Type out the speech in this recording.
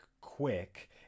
quick